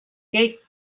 keik